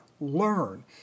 learn